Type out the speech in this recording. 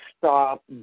stop